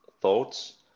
thoughts